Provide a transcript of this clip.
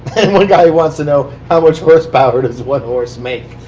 and one guy wants to know how much horsepower does one horse make?